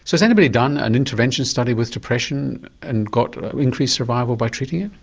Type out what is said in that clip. so has anybody done an intervention study with depression and got increased survival by treating it?